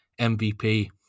MVP